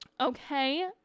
Okay